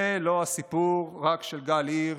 זה לא רק הסיפור של גל הירש,